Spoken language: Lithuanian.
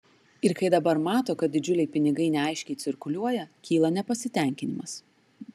ir kai dabar mato kad didžiuliai pinigai neaiškiai cirkuliuoja kyla nepasitenkinimas